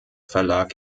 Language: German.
verlag